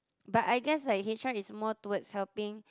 but I guess like H_R is more towards helping